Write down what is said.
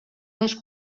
dos